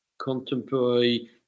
contemporary